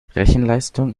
rechenleistung